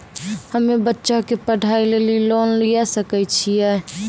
हम्मे बच्चा के पढ़ाई लेली लोन लिये सकय छियै?